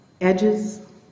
edges